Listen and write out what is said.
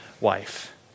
wife